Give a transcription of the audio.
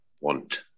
want